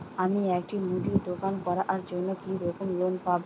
আমি একটি মুদির দোকান করার জন্য কি রকম লোন পাব?